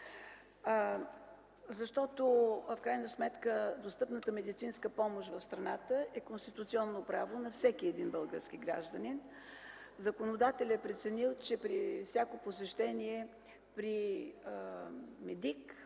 така. В крайна сметка достъпната медицинска помощ в страната е конституционно право на всеки български гражданин. Законодателят е преценил, че при всяко посещение при медик,